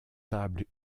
tables